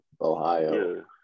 Ohio